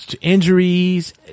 injuries